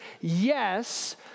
yes